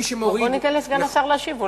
בוא ניתן לסגן השר להשיב.